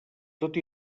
tot